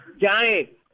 Johnny